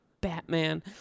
Batman